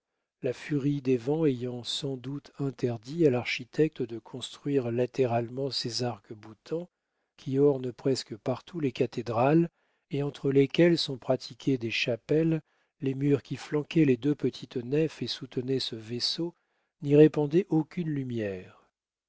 la furie des vents ayant sans doute interdit à l'architecte de construire latéralement ces arcs-boutants qui ornent presque partout les cathédrales et entre lesquels sont pratiquées des chapelles les murs qui flanquaient les deux petites nefs et soutenaient ce vaisseau n'y répandaient aucune lumière